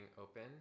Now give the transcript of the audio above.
open